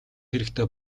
хэрэгтэй